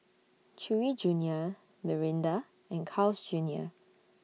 Chewy Junior Mirinda and Carl's Junior